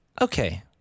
Okay